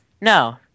no